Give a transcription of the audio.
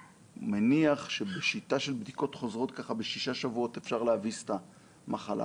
שמניח שבשיטה של בדיקות חוזרות בשישה שבועות אפשר להביס את המחלה.